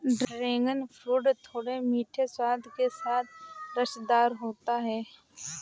dragon fruit थोड़े मीठे स्वाद के साथ रसदार होता है